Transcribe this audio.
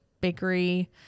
bakery